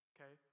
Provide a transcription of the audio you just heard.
Okay